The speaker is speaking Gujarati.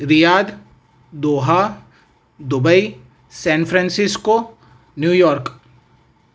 Riyadh Doha Dubai San Francisco New York